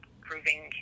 proving